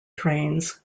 trains